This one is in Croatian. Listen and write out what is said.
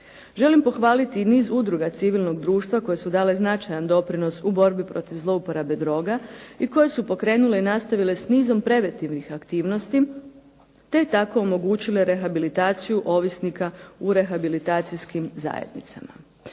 Želim pohvaliti i niz udruga civilnog društva koje su dale značajan doprinos u borbi protiv zlouporabe droga i koje su pokrenule i nastavile s nizom preventivnih aktivnosti te tako omogućile rehabilitaciju ovisnika u rehabilitacijskim zajednicama.